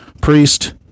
Priest